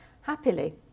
Happily